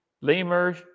lemurs